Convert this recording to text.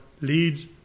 leads